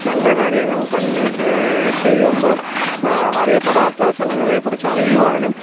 നല്ല കാര്യങ്ങൾ തന്നെ ചെയ്യുമ്പോൾ അറിയപ്പെടാത്ത സ്ഥലങ്ങളെ കുറിച്ച് അറിയുവാനും